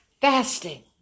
Fasting